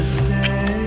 stay